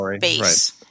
base